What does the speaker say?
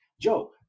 Joe